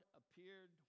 appeared